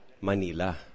Manila